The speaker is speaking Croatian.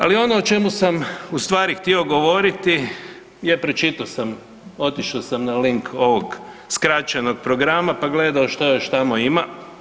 Ali ono o čemu sam ustvari htio govoriti je pročitao sam, otišao sam na link ovog skraćenog programa pa gledao što još tamo ima.